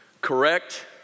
correct